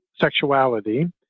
sexuality